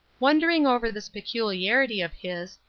wondering over this peculiarity of his,